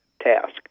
task